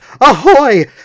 ahoy